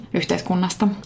yhteiskunnasta